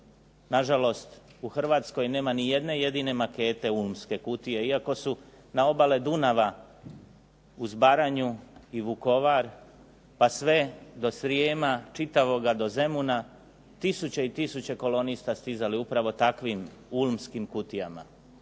Nažalost, u Hrvatskoj nema ni jedne jedine makete ulmske kutije iako su na obale Dunava uz Baranju i Vukovar, pa sve do Srijema čitavoga do Zemuna tisuće i tisuće kolonista upravo stizale takvim ulmskim kutijama,